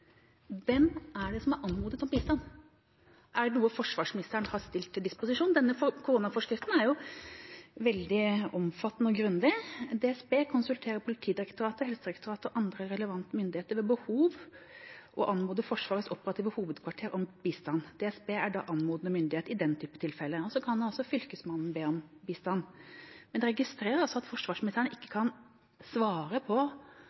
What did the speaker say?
Hvem har anmodet om bistand? Er det noe forsvarsministeren har stilt til disposisjon? Koronaforskriften er jo veldig omfattende og grundig: «DSB konsulterer Politidirektoratet , Helsedirektoratet og andre relevante myndigheter ved behov og anmoder Forsvarets operative hovedkvarter om bistand.» DSB er da anmodende myndighet i den typen tilfelle. Så kan altså Fylkesmannen be om bistand. Men jeg registrerer altså at forsvarsministeren ikke kan svare på,